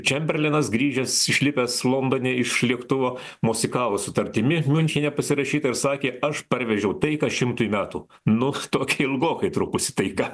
čemberlenas grįžęs išlipęs londone iš lėktuvo mosikavo sutartimi miunchene pasirašyta ir sakė aš parvežiau taiką šimtui metų nu tokia ilgokai trukusi taika